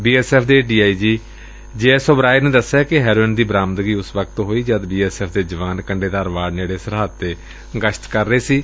B S F ਦੇ D I G J S Oberoi ਨੇ ਦਸਿਆ ਕਿ ਹੈਰੋਇਨ ਦੀ ਬਰਾਮਦਗੀ ਉਸ ਵਕਤ ਹੋਈ ਜਦ ਬੀ ਐਸ ਐਫ਼ ਦੇ ਜਵਾਨ ਕੰਡੇਦਾਰ ਵਾੜ ਨੇੜੇ ਸਰਹੱਦ ਤੇ ਗਸ਼ਤ ਕਰ ਰਹੇ ਸਨ